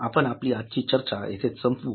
आपण आपली आजची चर्चा येथे संपवू